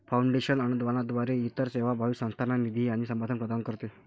foundation अनुदानाद्वारे इतर सेवाभावी संस्थांना निधी आणि समर्थन प्रदान करते